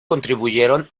contribuyeron